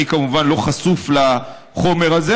אני כמובן לא חשוף לחומר הזה,